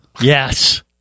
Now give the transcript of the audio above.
Yes